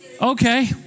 Okay